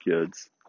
kids